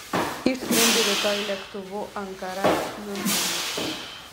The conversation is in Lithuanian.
išskrendi rytoj lėktuvu ankara miunchenas